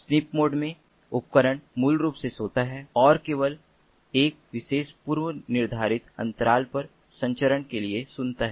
sniff mode में उपकरण मूल रूप से सोता है और केवल एक विशेष पूर्वनिर्धारित अंतराल पर संचरण के लिए सुनता है